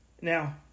Now